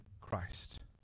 Christ